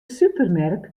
supermerk